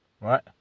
right